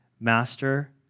Master